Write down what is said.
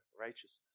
righteousness